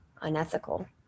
unethical